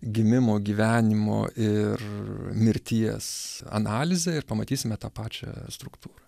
gimimo gyvenimo ir mirties analizę ir pamatysime tą pačią struktūrą